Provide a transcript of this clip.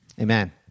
Amen